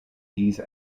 these